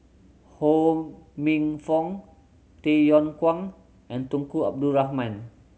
Ho Minfong Tay Yong Kwang and Tunku Abdul Rahman